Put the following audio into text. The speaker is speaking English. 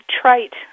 trite